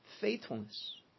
faithfulness